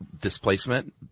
displacement